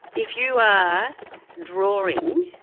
if you are drawing,